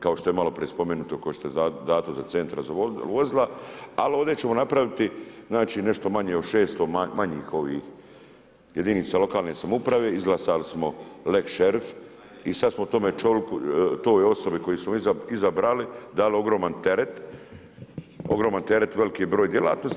Kao što je maloprije spomenuto, ko što je dato za centra za vozila, ali ovdje ćemo napraviti, znači nešto manje od 600 manjih ovih, jedinice lokalne samouprave, izglasali smo lex Šerif i sad smo toj osobi koju smo izabrali, dali ogroman teret, ogroman teret veliki broj djelatnosti.